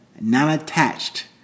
non-attached